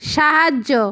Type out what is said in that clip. সাহায্য